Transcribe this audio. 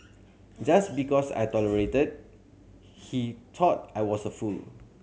just because I tolerated he thought I was a fool